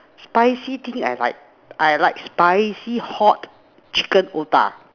spicy thing I like I like spicy hot chicken otah